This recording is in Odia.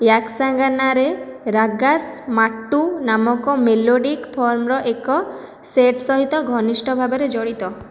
ୟାକଶାଙ୍ଗାନାରେ ରାଗାସ୍ ମାଟୁ ନାମକ ମେଲୋଡ଼ିକ୍ ଫର୍ମର ଏକ ସେଟ୍ ସହିତ ଘନିଷ୍ଠ ଭାବରେ ଜଡ଼ିତ